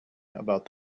about